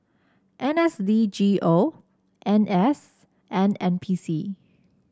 N S D G O N S and N P C